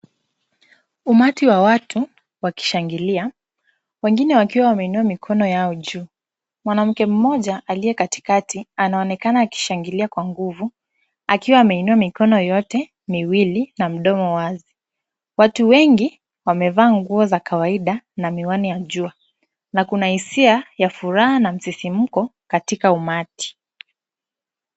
Umati wa watu wakishangilia wengine wakiwa wameinua mikono yao juu. Mwanamke mmoja aliye katikati anaonekana akishangilia kwa nguvu akiwa ameinua mikono yote miwili na mdomo wazi. Watu wengi wamevaa nguo za kawaida na miwani ya jua na kuna hisia ya furaha na msisimuko katika umati.